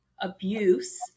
abuse